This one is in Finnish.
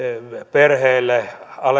perheille